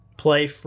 Play